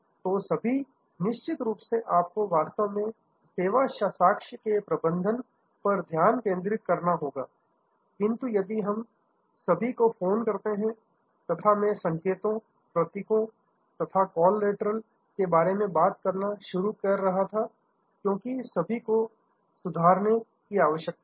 तो निश्चित रूप से आपको वास्तव में सेवा साक्ष्य के प्रबंधन पर ध्यान केंद्रित करना होगा किंतु यदि हम सभी को फोन करते हैं तथा मैं संकेतों प्रतीकों तथा कॉलेटरल के बारे में बात करना शुरू कर रहा था क्योंकि इन सभी को सुधारने की आवश्यकता है